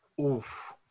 Oof